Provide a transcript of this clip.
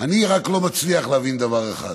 אני רק לא מצליח להבין דבר אחד.